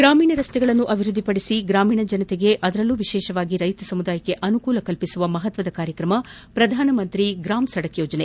ಗ್ರಾಮೀಣ ರಸ್ತೆಗಳನ್ನು ಅಭಿವೃದ್ಧಿಪಡಿಸಿ ಗ್ರಾಮೀಣ ಜನತೆಗೆ ಅದರಲ್ಲೂ ವಿಶೇಷವಾಗಿ ರೈತ ಸಮುದಾಯಕ್ಕೆ ಅನುಕೂಲ ಕಲ್ಪಿಸುವ ಮಹತ್ವದ ಕಾರ್ಯಕ್ರಮ ಪ್ರಧಾನಮಂತ್ರಿ ಗ್ರಾಮಸಡಕ್ ಯೋಜನೆ